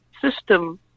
system